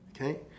Okay